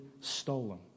stolen